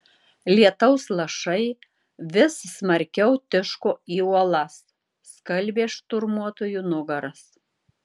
lietaus lašai vis smarkiau tiško į uolas skalbė šturmuotojų nugaras